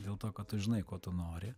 dėl to kad tu žinai ko tu nori